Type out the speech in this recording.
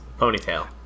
Ponytail